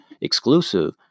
exclusive